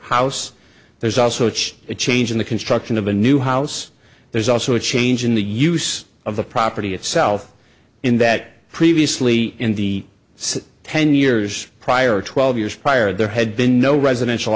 house there's also church a change in the construction of a new house there's also a change in the use of the property itself in that previously in the city ten years prior twelve years prior there had been no residential